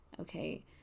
okay